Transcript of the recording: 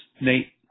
Nate